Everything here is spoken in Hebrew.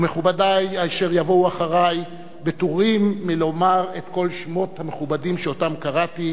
מכובדי אשר יבואו אחרי פטורים מלומר את כל שמות המכובדים שאותם קראתי,